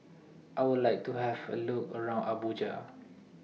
I Would like to Have A Look around Abuja